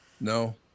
No